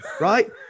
right